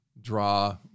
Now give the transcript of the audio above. draw